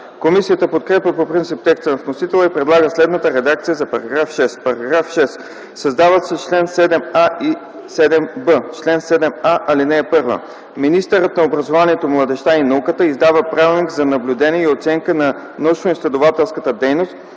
Комисията подкрепя по принцип текста на вносителя и предлага следната редакция за § 6: „§ 6. Създават се чл. 7а и 7б: „Чл. 7а. (1) Министърът на образованието, младежта и науката издава Правилник за наблюдение и оценка на научноизследователската дейност,